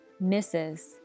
misses